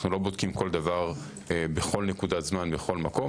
אנחנו לא בודקים כל דבר בכל נקודת זמן ובכל מקום,